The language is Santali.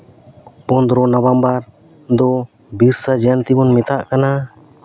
ᱯᱚᱸᱫᱽᱨᱚ ᱱᱚᱵᱷᱮᱢᱵᱚᱨ ᱫᱚ ᱵᱤᱨᱥᱟᱹ ᱡᱚᱭᱚᱛᱤ ᱵᱚᱱ ᱢᱮᱛᱟᱜ ᱠᱟᱱᱟ